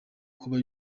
kuba